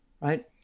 right